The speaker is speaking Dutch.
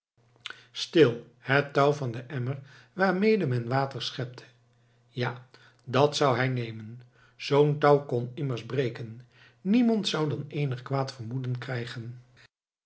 stil het touw van den emmer waarmede men water schepte ja dat zou hij nemen zoo'n touw kon immers breken niemand zou dan eenig kwaad vermoeden krijgen